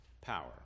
power